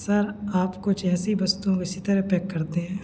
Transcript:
sir आप कुछ ऐसी वस्तु इसी तरह पैक करते हैं